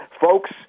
Folks